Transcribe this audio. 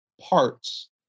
parts